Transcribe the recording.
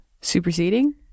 superseding